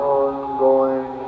ongoing